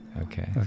Okay